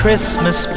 Christmas